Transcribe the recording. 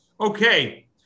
Okay